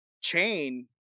chain